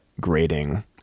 grading